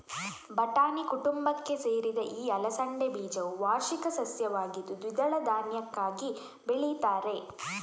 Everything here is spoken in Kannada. ಬಟಾಣಿ ಕುಟುಂಬಕ್ಕೆ ಸೇರಿದ ಈ ಅಲಸಂಡೆ ಬೀಜವು ವಾರ್ಷಿಕ ಸಸ್ಯವಾಗಿದ್ದು ದ್ವಿದಳ ಧಾನ್ಯಕ್ಕಾಗಿ ಬೆಳೀತಾರೆ